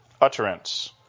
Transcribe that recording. utterance